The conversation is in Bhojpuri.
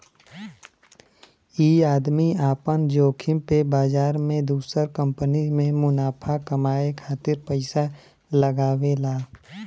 ई आदमी आपन जोखिम पे बाजार मे दुसर कंपनी मे मुनाफा कमाए खातिर पइसा लगावेला